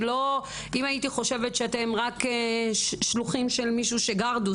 אם הייתי חושבת שאתם רק שלוחים של גרדוס,